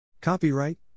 Copyright